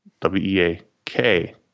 W-E-A-K